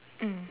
mm